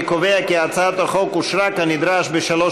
אני קובע כי הצעת החוק אושרה כנדרש בשלוש